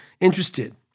interested